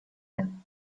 and